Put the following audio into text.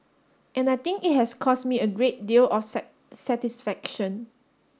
and I think it has cause me a great deal of satisfaction